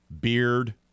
Beard